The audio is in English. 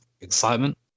excitement